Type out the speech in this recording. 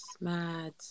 mad